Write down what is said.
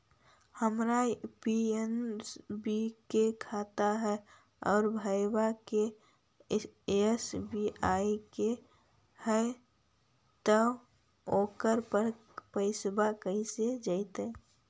हमर पी.एन.बी के खाता है और भईवा के एस.बी.आई के है त ओकर पर पैसबा कैसे जइतै?